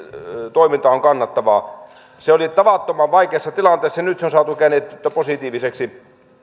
toiminta on kannattavaa se oli tavattoman vaikeassa tilanteessa ja nyt se on saatu käännettyä positiiviseksi